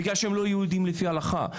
בגלל שהם לא יהודים לפי ההלכה.